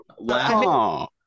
Wow